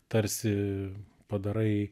tarsi padarai